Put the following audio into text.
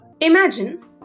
Imagine